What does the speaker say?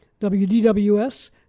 WDWS